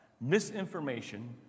Misinformation